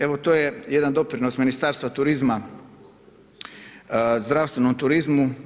Evo, to je jedan doprinos Ministarstva turizma zdravstvenom turizmu.